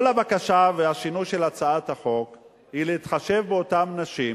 כל הבקשה והשינוי של הצעת החוק היא להתחשב באותן נשים,